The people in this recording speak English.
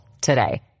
today